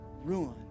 ruin